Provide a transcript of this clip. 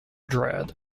dread